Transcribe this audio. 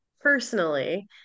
personally